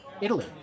italy